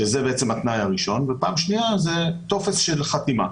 שזה התנאי הראשון וטופס של חתימה.